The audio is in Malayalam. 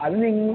അത് നിങ്ങൾ